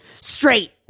straight